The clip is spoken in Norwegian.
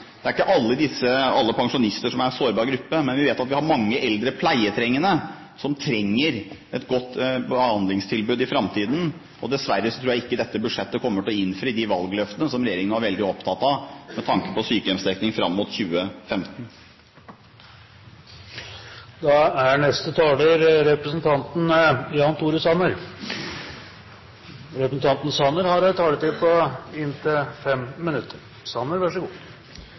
Det er ikke alle pensjonister som er i en sårbar gruppe, men vi vet at vi har mange eldre pleietrengende som trenger et godt behandlingstilbud i framtiden. Dessverre tror jeg ikke dette budsjettet kommer til å innfri de valgløftene som regjeringen var veldig opptatt av, med tanke på sykehjemsdekning fram mot